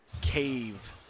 cave